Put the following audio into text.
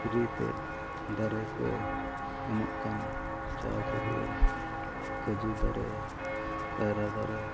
ᱯᱷᱤᱨ ᱛᱮ ᱫᱟᱨᱮ ᱠᱚ ᱮᱢᱚᱜ ᱠᱟᱱ ᱡᱟᱜᱮ ᱦᱩᱭᱮᱱ ᱠᱟᱹᱡᱩ ᱫᱟᱨᱮ ᱠᱟᱭᱨᱟ ᱫᱟᱨᱮ